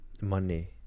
Money